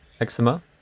eczema